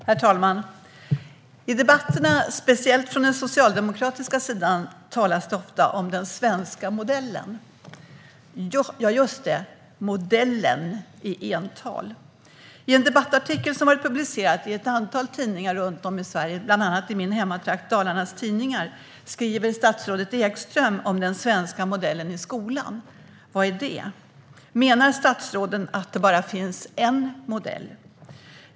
Herr talman! Speciellt från den socialdemokratiska sidan talas det i debatterna ofta om den svenska modellen - modellen i ental. I en debattartikel som har publicerats i ett antal tidningar runt om i Sverige, bland annat i Dalarnas Tidningar i min hemtrakt, skriver statsrådet Ekström om den svenska modellen i skolan. Vad är det? Menar statsrådet att det bara finns en modell?